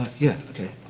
yeah, ahh. okay,